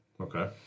Okay